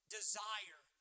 desire